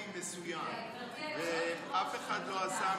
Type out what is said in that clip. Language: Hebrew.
אני רוצה לפנות בהקשר הזה של תקנות